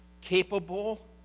capable